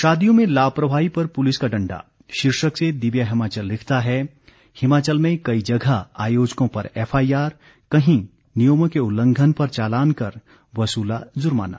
शादियों में लापरवाही पर पूलिस का डंडा शीर्षक से दिव्य हिमाचल लिखता है हिमाचल में कई जगह आयोजकों पर एफआईआर कहीं नियमों के उल्लंघन पर चालान कर वसूला जुर्माना